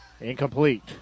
Incomplete